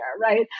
right